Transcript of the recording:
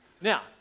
Now